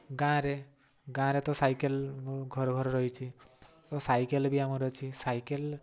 ଗାଁ'ରେ ଗାଁ'ରେ ତ ସାଇକେଲ୍ ଘରେ ଘରେ ରହିଛି ତ ସାଇକେଲ୍ ବି ଆମର ଅଛି ସାଇକେଲ୍